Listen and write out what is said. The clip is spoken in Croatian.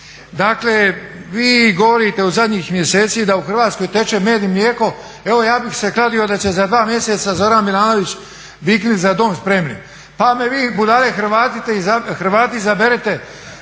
Dakle vi govorite u zadnjih mjeseci da u Hrvatskoj teče med i mlijeko. Evo ja bih se kladio da će za 2 mjeseca Zoran Milanović viknuti za dom spremni pa me vi budale Hrvati izaberete